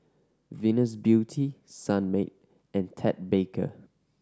Venus Beauty Sunmaid and Ted Baker